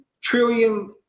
trillion